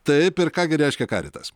taip ir ką gi reiškia caritas